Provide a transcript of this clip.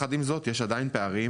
יחד עם זאת יש עדיין פערים